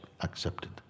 accepted